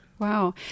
Wow